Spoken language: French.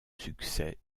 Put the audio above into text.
succès